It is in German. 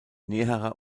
näherer